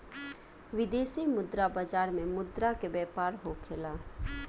विदेशी मुद्रा बाजार में मुद्रा के व्यापार होखेला